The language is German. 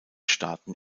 staaten